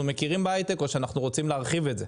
מכירים בהייטק או שאנחנו רוצים להרחיב את זה.